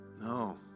No